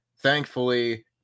Thankfully